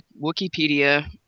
Wikipedia